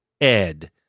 Ed